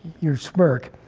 your smirk.